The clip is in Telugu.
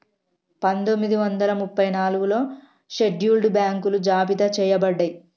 పందొమ్మిది వందల ముప్పై నాలుగులో షెడ్యూల్డ్ బ్యాంకులు జాబితా చెయ్యబడ్డయ్